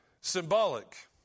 symbolic